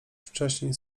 wcześniej